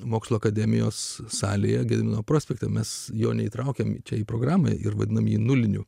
mokslų akademijos salėje gedimino prospektu mes jo neįtraukiami čia programai ir vadinami nuliniu